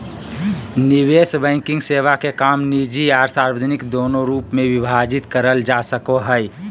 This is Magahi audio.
निवेश बैंकिंग सेवा के काम निजी आर सार्वजनिक दोनों रूप मे विभाजित करल जा सको हय